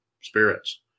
spirits